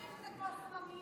יכול להיות שזה כמו שממיות,